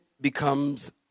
becomes